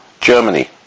Germany